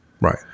Right